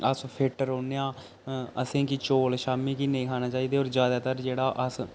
अस फिट्ट रौह्न्ने आं असें गी चौल शामीं नेईं खाने चाहिदे ते और जैदातर जेह्ड़ा अस